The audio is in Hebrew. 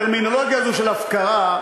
שהטרמינולוגיה הזאת, של הפקרה,